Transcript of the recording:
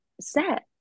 Set